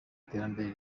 iterambere